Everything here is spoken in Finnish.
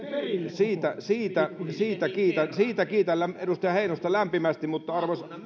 siitä kiitän siitä kiitän edustaja heinosta lämpimästi